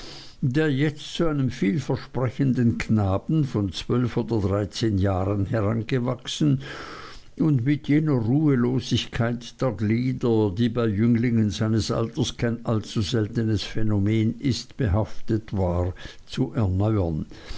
der jetzt zu einem vielversprechenden knaben von zwölf oder dreizehn jahren herangewachsen und mit jener ruhelosigkeit der glieder die bei jünglingen seines alters kein allzu seltenes phänomen ist behaftet war zu erneuern